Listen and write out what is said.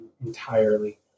entirely